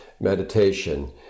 meditation